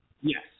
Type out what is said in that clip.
Yes